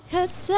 Cause